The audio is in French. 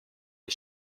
les